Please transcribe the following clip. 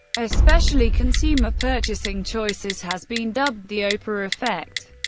especially consumer purchasing choices, has been dubbed the oprah effect.